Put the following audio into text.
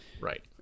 right